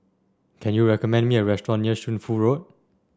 can you recommend me a restaurant near Shunfu Road